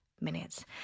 minutes